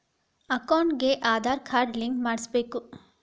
ಅಕೌಂಟಿಗೆ Aadhaar card link ಮಾಡಿಸಬೇಕು?